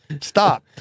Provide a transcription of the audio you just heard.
Stop